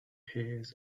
hairs